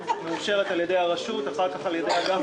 אני פותח את ישיבת